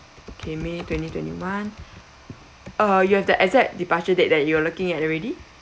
okay may twenty twenty-one uh you have the exact departure date that you are looking at already